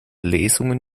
lesungen